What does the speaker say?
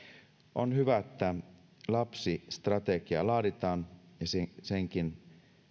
on hyvä että lapsistrategia laaditaan ja senkin